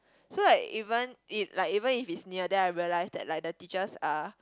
so like even if like even if it's near then I realise that like the teachers are